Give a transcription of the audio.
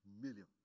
million